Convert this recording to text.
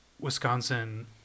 Wisconsin